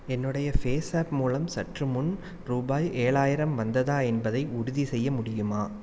என்னுடைய ஃபேஸாப் மூலம் சற்றுமுன் ரூபாய் ஏழாயிரம் வந்ததா என்பதை உறுதிச்செய்ய முடியுமா